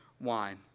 wine